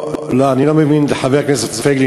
אני לא מבין את חבר הכנסת פייגלין,